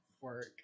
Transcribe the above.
Work